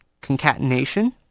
concatenation